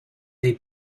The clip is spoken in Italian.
dei